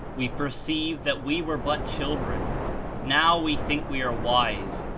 we perceive that we were but children now we think we are wise,